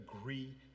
agree